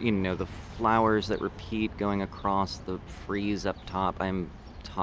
you know the flowers that repeat going across the frieze up top? i'm i'm